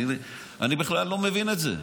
אני בכלל לא מבין את זה,